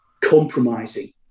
compromising